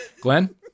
Glenn